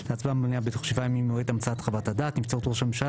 בסעיף (ב1)(1) ל הצעת החוק, במקום 'משני'